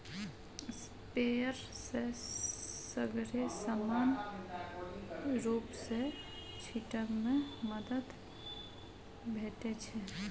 sprayer सँ सगरे समान रुप सँ छीटब मे मदद भेटै छै